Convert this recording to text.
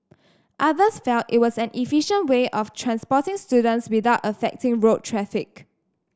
others felt it was an efficient way of transporting students without affecting road traffic